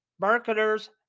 Marketers